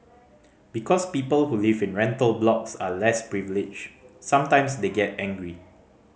because people who live in rental blocks are less privileged sometimes they get angry